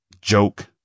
Joke